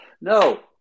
no